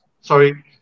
Sorry